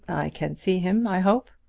can see him, i hope?